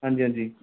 ਹਾਂਜੀ ਹਾਂਜੀ